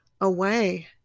away